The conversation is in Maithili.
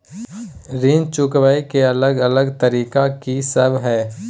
ऋण चुकाबय के अलग अलग तरीका की सब हय?